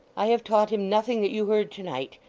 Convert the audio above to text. i have taught him nothing that you heard to-night.